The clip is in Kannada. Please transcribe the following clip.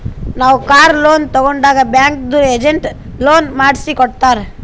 ನಾವ್ ಕಾರ್ ಲೋನ್ ತಗೊಂಡಾಗ್ ಬ್ಯಾಂಕ್ದು ಏಜೆಂಟ್ ಲೋನ್ ಮಾಡ್ಸಿ ಕೊಟ್ಟಾನ್